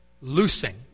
loosing